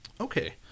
Okay